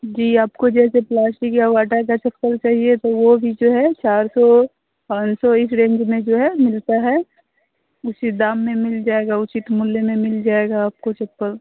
जी आपको जैसे प्लास्टिक या वाटा का चप्पल चाहिए तो वो भी जो है चार सौ पाँच सौ इस रेंज में जो है मिलता है उसी दाम में मिल जाएगा उचित मूल्य में मिल जाएगा आपको चप्पल